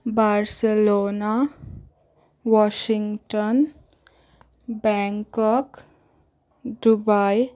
Barcelona Washington Bangkok Dubai